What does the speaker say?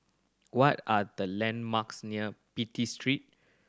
what are the landmarks near Pitt Street